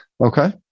okay